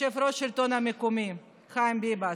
יושב-ראש השלטון המקומי חיים ביבס,